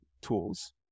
tools